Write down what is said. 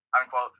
unquote